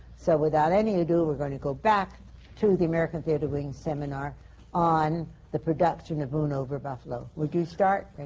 so without any ado, we're going to go back to the american theatre wing seminar on the production of moon over buffalo. would you start,